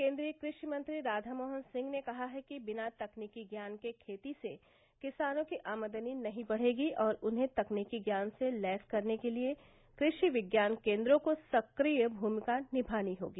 केंद्रीय कृषि मंत्री राधा मोहन सिंह ने कहा है बिना तकनीकी ज्ञान के खेती से किसानों की आमदनी नहीं बढ़ेगी और उन्हें तकनीकी ज्ञान से लैस करने के लिए कृषि विज्ञान केंद्रों को सक्रिय भूमिका निमानी होगी